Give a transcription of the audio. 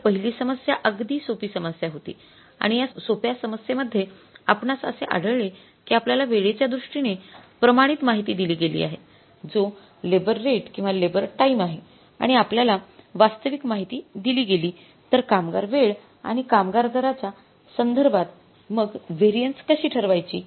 तरपहिली समस्या अगदी सोपी समस्या होती आणि या सोप्या समस्येमध्ये आपणास असे आढळले की आपल्याला वेळेच्या दृष्टीने प्रमाणित माहिती दिली गेली आहे जो लेबर रेट आणि लेबर टाईम आहे आणि आपल्याला वास्तविक माहिती दिली गेली तर कामगार वेळ आणि कामगार दराच्या संदर्भात मग व्हेरिएन्स कशी ठरवायची